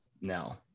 no